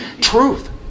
truth